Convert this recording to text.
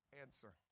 answer